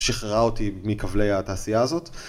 שחררה אותי מכבלי התעשייה הזאת.